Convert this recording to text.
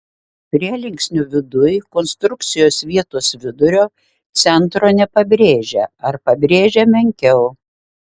prielinksnio viduj konstrukcijos vietos vidurio centro nepabrėžia ar pabrėžia menkiau